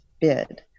bid